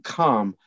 come